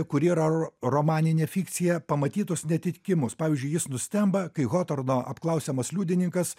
kuri yra ro romantinė fikcija pamatytus neatitikimus pavyzdžiui jis nustemba kai hotorno apklausiamas liudininkas